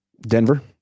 Denver